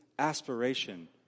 aspiration